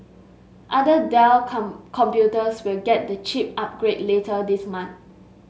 other Dell computers will get the chip upgrade later this month